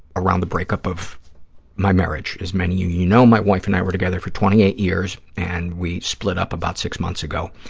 around the break-up of my marriage. as many of you know, my wife and i were together for twenty eight years, and we split up about six months ago.